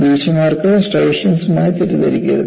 ബീച്ച്മാർക്കുകൾ സ്ട്രൈയേഷൻസുമായി തെറ്റിദ്ധരിക്കരുത്